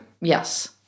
yes